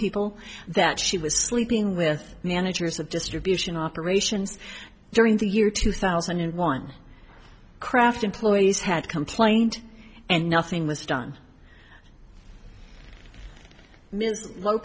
people that she was sleeping with the managers of distribution operations during the year two thousand and one kraft employees had complained and nothing was done m